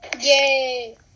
Yay